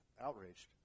outraged